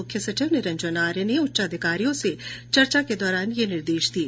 मुख्य सचिव निरंजन आर्य ने उच्चाधिकारियों से चर्चा के दौरान ये निर्देश दिये